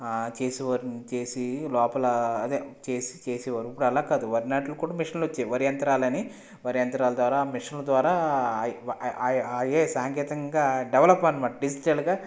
చేసేవారు అది చేసి అదే చేసి లోపల చేసేవాళ్ళు ఇప్పుడు అలాకాదు వరి నాట్లుకి కూడా మెషిన్లు వచ్చేసాయి వరి యంత్రాలు వరి యంత్రాల ద్వారా మెషిన్ల ద్వారా అవే సాంకేతికతంగా డెవలప్ అనమాట డిజిటల్గా